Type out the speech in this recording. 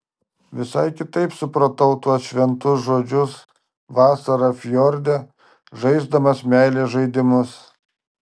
visai kitaip supratau tuos šventus žodžius vasarą fjorde žaisdama meilės žaidimus